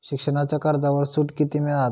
शिक्षणाच्या कर्जावर सूट किती मिळात?